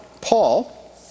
Paul